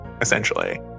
essentially